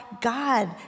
God